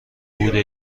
بوده